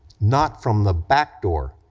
not from the back door,